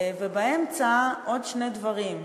ובאמצע עוד שני דברים: